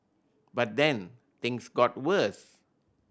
but then things got worse